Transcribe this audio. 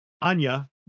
anya